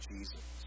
Jesus